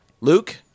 Luke